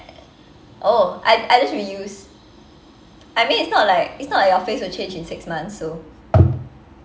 oh I I just reuse I mean it's not like it's not like your face will change in six months so